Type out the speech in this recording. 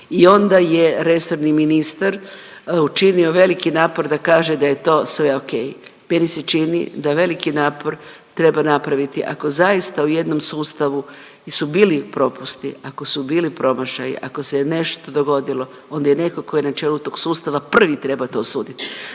I onda je resorni ministar učinio veliki napor da kaže da je to sve ok. Meni se čini da veliki napor treba napraviti ako zaista u jednom sustavu su bili propusti, ako su bili promašaji, ako se je nešto dogodilo, onda je netko tko je na čelu tog sustav prvi treba to osuditi.